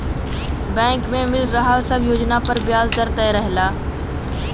bank में मिल रहल सब योजना पर ब्याज दर तय रहला